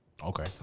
Okay